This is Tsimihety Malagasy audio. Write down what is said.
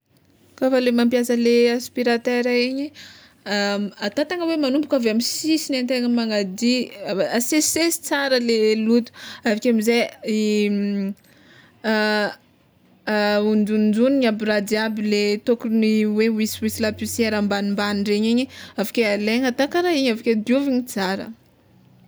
Kôfa le mampiasa le aspiratera igny atao tegna hoe manomboka avy amy sisigny antegna manady asesisesy tsara le loto aveke amizay honjononjoniny jiaby raha jiaby le tokony hoe hoisihoisy laposiera ambanimbany regny igny aveke alaigna atao kara igny aveke dioviny tsara.